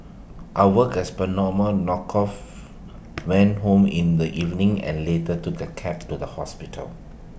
I worked as per normal knocked off went home in the evening and later took A cab to the hospital